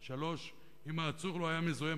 3. אם העצור לא היה מזוהה,